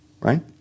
Right